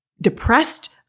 depressed